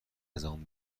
ازمون